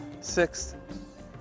Sixth